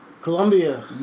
Colombia